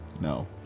No